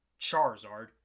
Charizard